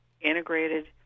integrated